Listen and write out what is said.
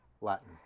Latin